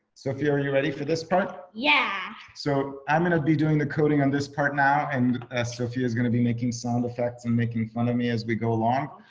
sofia, are you ready for this part? yeah. so i'm going to be doing the coding on this part now. and as sofia is gonna be making sound effects and making fun of me as we go along.